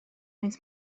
maent